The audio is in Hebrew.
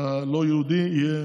הלא-יהודי יהיה